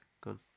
good